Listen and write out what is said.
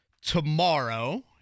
tomorrow